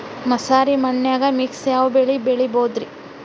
ಮಸಾರಿ ಮಣ್ಣನ್ಯಾಗ ಮಿಕ್ಸ್ ಯಾವ ಬೆಳಿ ಬೆಳಿಬೊದ್ರೇ?